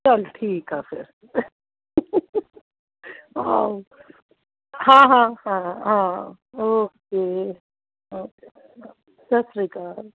ਚੱਲ ਠੀਕ ਆ ਫਿਰ ਆਹੋ ਹਾਂ ਹਾਂ ਹਾਂ ਹਾਂ ਓਕੇ ਓਕੇ ਸਤਿ ਸ਼੍ਰੀ ਅਕਾਲ